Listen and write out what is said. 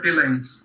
lines